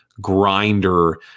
Grinder